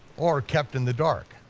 or kept in the dark.